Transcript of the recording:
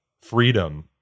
freedom